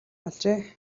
болжээ